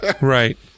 right